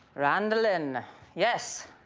randoline, and yes,